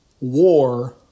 war